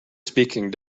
speaking